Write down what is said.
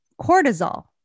cortisol